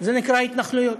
זה נקרא התנחלויות.